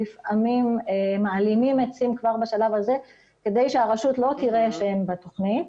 לפעמים מעלימים עצים כבר בשלב הזה כדי שהרשות לא תראה שהם בתוכנית.